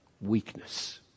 weakness